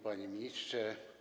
Panie Ministrze!